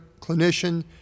clinician